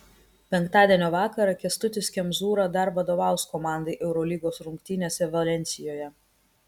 penktadienio vakarą kęstutis kemzūra dar vadovaus komandai eurolygos rungtynėse valensijoje